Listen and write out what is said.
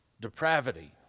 depravity